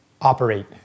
operate